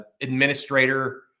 administrator